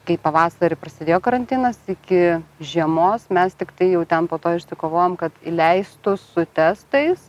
kai pavasarį prasidėjo karantinas iki žiemos mes tiktai jau ten po to išsikovojom kad įleistų su testais